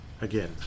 again